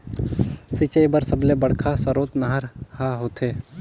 सिंचई बर सबले बड़का सरोत नहर ह होथे